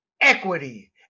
equity